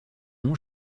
non